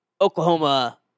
Oklahoma